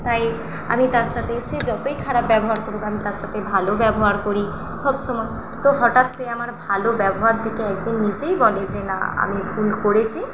তাই আমি তার সাথে সে যতই খারাপ ব্যবহার করুক আমি তার সাথে ভালো ব্যবহার করি সব সময় তো হঠাৎ সে আমার ভালো ব্যবহার দেখে একদিন নিজেই বলে যে না আমি ভুল করেছি